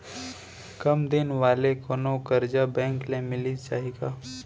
कम दिन वाले कोनो करजा बैंक ले मिलिस जाही का?